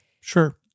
sure